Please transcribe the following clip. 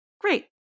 Great